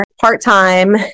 part-time